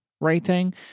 rating